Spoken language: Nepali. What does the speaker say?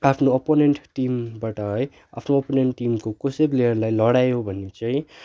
आफ्नो अपोनेन्ट टिमबाट है आफ्नो अपोनेन्ट टिमको कसै प्लेयरलाई लडायो भने चाहिँ